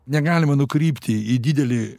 negalima nukrypti į didelį